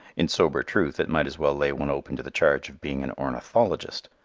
in sober truth it might as well lay one open to the charge of being an ornithologist.